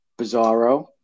bizarro